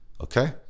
okay